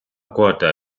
quota